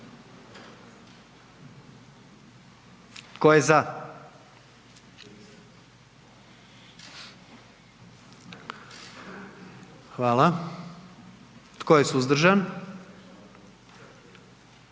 Tko je za? Hvala. Tko je suzdržan? I